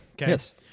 Yes